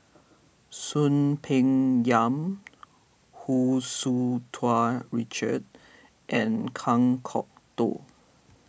Soon Peng Yam Hu Tsu Tau Richard and Kan Kwok Toh